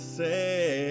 say